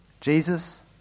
Jesus